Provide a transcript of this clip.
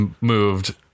moved